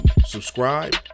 subscribe